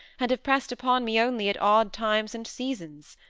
and have pressed upon me only at odd times and seasons.